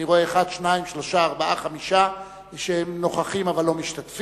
אני רואה חמישה שנוכחים אבל לא משתתפים.